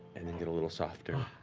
and then get a little softer,